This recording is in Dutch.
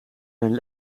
zijn